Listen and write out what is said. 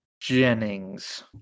Jennings